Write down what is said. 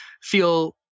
feel